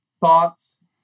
Thoughts